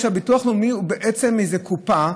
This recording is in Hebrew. הביטוח הלאומי הוא בעצם איזה קופה שנותנת,